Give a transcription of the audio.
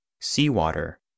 seawater